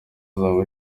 azaba